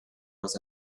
was